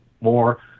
more